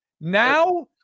Now